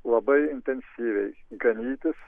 labai intensyviai ganytis